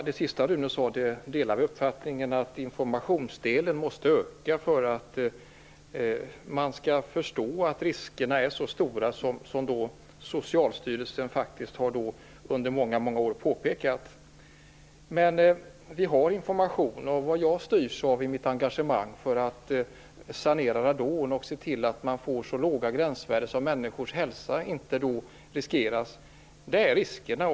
Herr talman! Jag delar Rune Evenssons uppfattning att informationsdelen måste utökas för att man skall förstå att riskerna är så stora som Socialstyrelsen i många år har pekat på. Det finns förvisso information, men vad jag styrs av i mitt engagemang för att sanera när det gäller radon och se till att det blir så låga gränsvärden att människors hälsa inte riskeras är just riskerna.